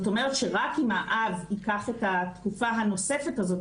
זאת אומרת שרק אם האב ייקח את התקופה הנוספת הזאת,